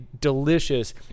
delicious